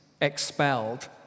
expelled